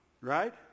right